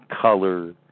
color